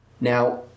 Now